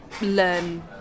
learn